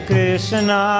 Krishna